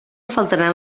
faltaran